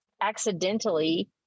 accidentally